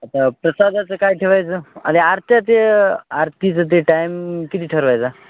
आता प्रसादाचं काय ठेवायचं आणि आरत्या ते आरतीचं ते टाईम किती ठरवायचा